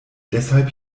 deshalb